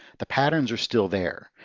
the patterns are still there.